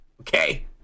Okay